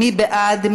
מי בעד?